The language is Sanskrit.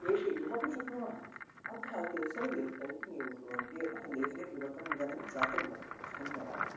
प्रेषयितुम् अपि शक्नुमः अतः ते सर्वे टैपिङ्ग् एव कुर्वन्ति अतः लेखने परिवर्तनम् इदानीं जातं वर्तते धन्यवादः